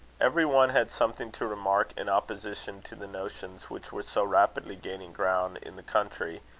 every one had something to remark in opposition to the notions which were so rapidly gaining ground in the country,